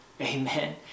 Amen